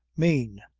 mane,